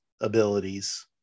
abilities